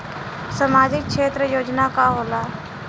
सामाजिक क्षेत्र योजना का होला?